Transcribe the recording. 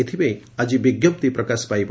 ଏଥପାଇଁ ଆକି ବିଙ୍କପ୍ତି ପ୍ରକାଶ ପାଇବ